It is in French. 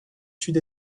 sud